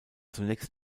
zunächst